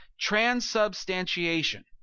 transubstantiation